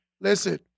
Listen